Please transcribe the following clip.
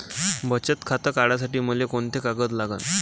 बचत खातं काढासाठी मले कोंते कागद लागन?